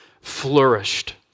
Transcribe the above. flourished